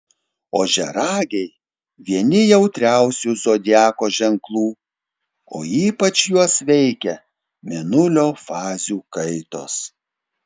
ožiaragiai vieni jautriausių zodiako ženklų o ypač juos veikia mėnulio fazių kaitos